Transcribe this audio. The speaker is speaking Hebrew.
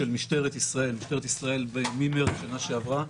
עבודה אל מול אוכלוסיות מיוחדות נתקלנו בזה לא מעט בשנה האחרונה.